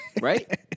Right